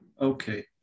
Okay